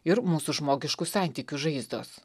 ir mūsų žmogiškų santykių žaizdos